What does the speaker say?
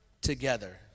together